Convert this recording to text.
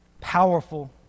powerful